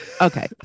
Okay